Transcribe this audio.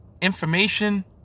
information